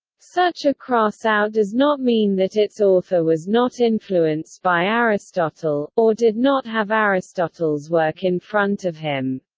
such a cross-out does not mean that its author was not influenced by aristotle, or did not have aristotle's work in front of him.